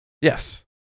yes